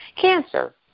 cancer